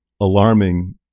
alarming